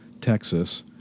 Texas